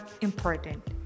important